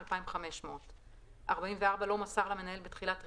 2,500. (44) לא מסר למנהל בתחילת רבעון,